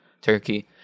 Turkey